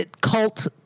cult